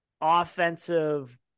offensive